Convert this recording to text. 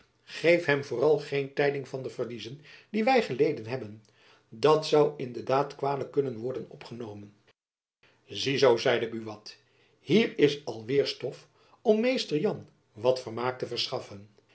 geef hem vooral geen tijding van de verliezen die wy geleden hebben dat zoû in de daad kwalijk kunnen worden opgenomen zie zoo zeide buat hier is al weêr stof om mr jan wat vermaak te verschaffen